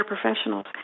professionals